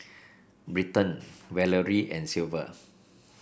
Britton Valery and Sylvia